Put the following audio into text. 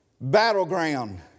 battleground